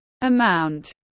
amount